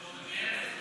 זה נגד